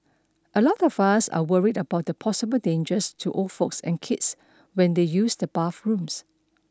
a lot of us are worried about the possible dangers to old folks and kids when they use the bathrooms